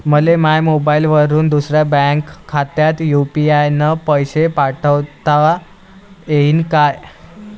मले माह्या मोबाईलवरून दुसऱ्या बँक खात्यात यू.पी.आय न पैसे पाठोता येईन काय?